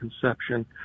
conception